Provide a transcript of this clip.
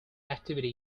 activity